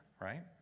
right